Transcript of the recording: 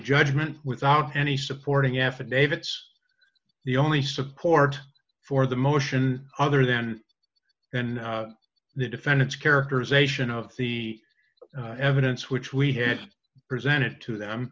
judgment without any supporting affidavits the only support for the motion other than and the defendant's characterization of the evidence which we had presented to them